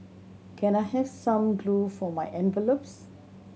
can I have some glue for my envelopes